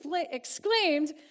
exclaimed